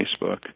Facebook